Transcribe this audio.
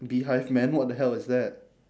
beehive man what the hell is that